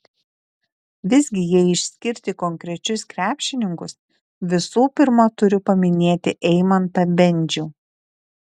visgi jei išskirti konkrečius krepšininkus visų pirma turiu paminėti eimantą bendžių